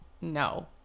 no